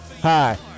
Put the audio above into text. Hi